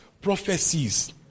prophecies